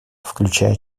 включая